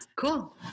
Cool